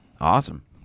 Awesome